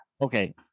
okay